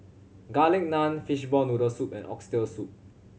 Garlic Naan fishball noodle soup and Oxtail Soup